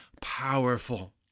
powerful